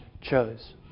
chose